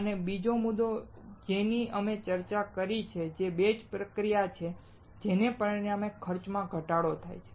તે બીજો મુદ્દો છે જેની અમે ચર્ચા કરી છે જે બેચ પ્રક્રિયા છે જેના પરિણામે ખર્ચમાં ઘટાડો થાય છે